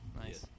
Nice